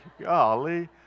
Golly